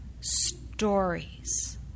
stories